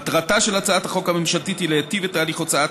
מטרתה של הצעת החוק הממשלתית היא להיטיב את הליך הוצאת